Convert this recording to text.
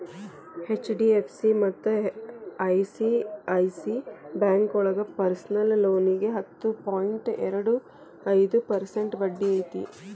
HDFC ಮತ್ತ ICICI ಬ್ಯಾಂಕೋಳಗ personal ಲೋನಿಗಿ ಹತ್ತು ಪಾಯಿಂಟ್ ಎರಡು ಐದು ಪರ್ಸೆಂಟ್ ಬಡ್ಡಿ ಐತಿ